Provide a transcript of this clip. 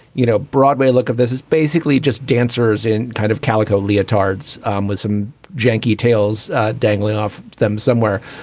you know, broadway look of this is basically just dancers in kind of calico leotards um with some janki tails dangling off them somewhere.